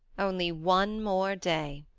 only one more day.